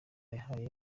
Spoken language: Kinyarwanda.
yahaye